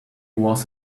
was